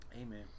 Amen